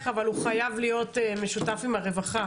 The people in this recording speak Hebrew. אבל הוא חייב להיות משותף עם הרווחה,